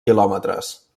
quilòmetres